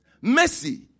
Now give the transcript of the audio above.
mercy